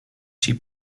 she